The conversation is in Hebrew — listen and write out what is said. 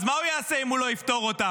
אז מה הוא יעשה אם הוא לא יפטור אותם?